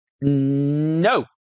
No